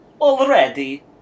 already